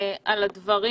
תודה רבה על הדברים.